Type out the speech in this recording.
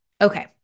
Okay